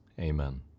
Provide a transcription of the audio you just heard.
amen